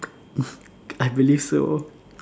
I believe so